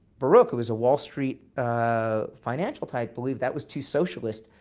baruch, who was a wall street ah financial type, believed that was too socialist,